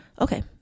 Okay